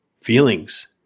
feelings